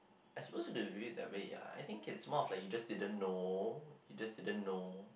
I suppose if you do it that way ya I think is more like you just didn't know you just didn't know